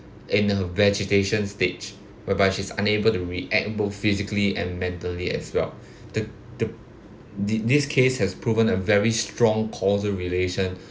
in her vegetation stage whereby she is unable to react both physically and mentally as well the the thi~ this case has proven a very strong causal relation